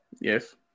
Yes